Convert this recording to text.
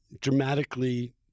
dramatically